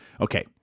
Okay